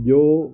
ਜੋ